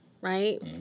right